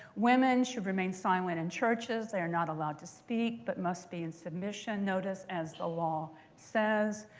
women should remain silent in churches. they are not allowed to speak, but must be in submission, notice as the law says.